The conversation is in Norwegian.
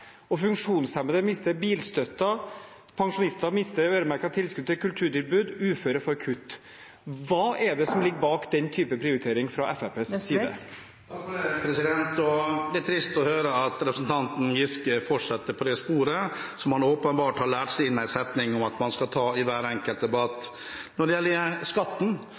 og funksjonshemmede mister bilstøtte, pensjonister mister øremerkede tilskudd til kulturtilbud, uføre får kutt: Hva er det som ligger bak den type prioritering fra Fremskrittspartiets side? Det er trist å høre at representanten Giske fortsetter på det sporet. Han har åpenbart lært seg en setning som han skal ta i hver enkelt debatt. Når det gjelder skatten,